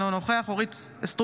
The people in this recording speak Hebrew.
אינו נוכח אורית מלכה סטרוק,